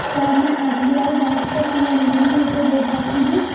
क्या में SBI bank से पी.एन.बी में रुपये भेज सकती हूँ?